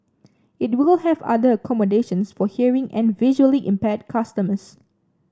it will have other accommodations for hearing and visually impaired customers